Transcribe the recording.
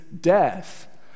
death